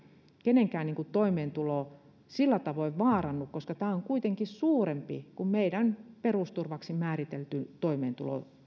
kenenkään toimeentulo sillä tavoin vaarannu koska tämä on kuitenkin suurempi kuin meidän perusturvaksi määritelty toimeentulotuen